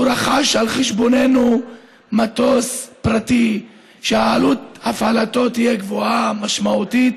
הוא רכש על חשבוננו מטוס פרטי שעלות הפעלתו תהיה גבוהה משמעותית